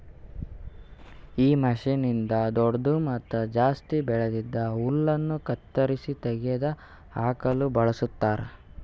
ಈ ಮಷೀನ್ನ್ನಿಂದ್ ದೊಡ್ಡು ಮತ್ತ ಜಾಸ್ತಿ ಬೆಳ್ದಿದ್ ಹುಲ್ಲನ್ನು ಕತ್ತರಿಸಿ ತೆಗೆದ ಹಾಕುಕ್ ಬಳಸ್ತಾರ್